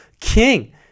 king